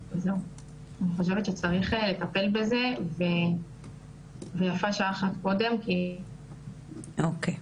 המשטרה פשוט אומרת לנו לכו לחנות פלאפונים קרובה ותסדרו את זה.